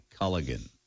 Culligan